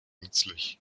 nützlich